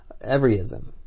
everyism